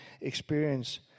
experience